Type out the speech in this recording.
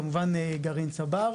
כמובן גרעין צבר.